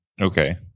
Okay